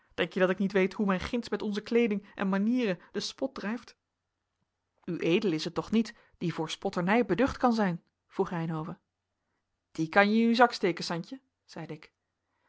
denk je dat ik niet weet hoe men ginds met onze kleeding en manieren den spot drijft ued is het toch niet die voor spotternij beducht kan zijn vroeg reynhove die kan je in uw zak steken santje zeide ik